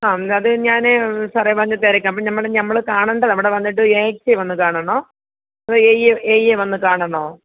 ആ അത് ഞാൻ സാറേ വന്ന് തിരക്കാം അപ്പം ഞമ്മൾ ഞമ്മൾ കാണണ്ടേ അവിടെ വന്നിട്ട് എ എസ് സിയെ വന്ന് കാണണോ അതോ എ ഈയെ എ ഈയെ വന്ന് കാണണോ